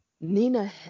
Nina